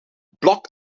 block